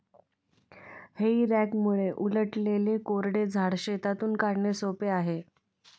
हेई रॅकमुळे उलटलेले कोरडे झाड शेतातून काढणे सोपे आहे